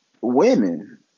women